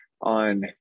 on